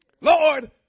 Lord